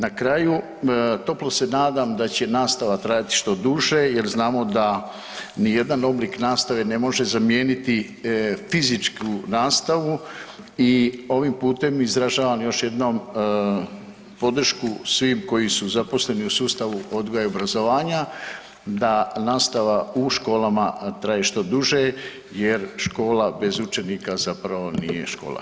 Na kraju, toplo se nadam da će nastava trajati što duže jer znamo da nijedan oblik nastave ne može zamijeniti fizičku nastavu i ovim putem izražavam još jednom podršku svim koji su zaposleni u sustavu odgoja i obrazovanja da nastava u školama traje što duže jer škola bez učenika zapravo nije škola.